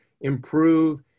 improve